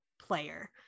player